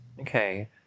okay